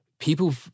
People